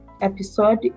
episode